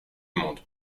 monde